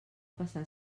passar